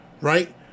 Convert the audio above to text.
right